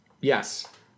Yes